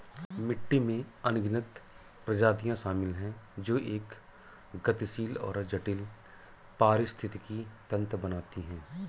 मिट्टी में अनगिनत प्रजातियां शामिल हैं जो एक गतिशील और जटिल पारिस्थितिकी तंत्र बनाती हैं